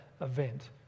event